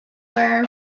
wear